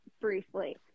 briefly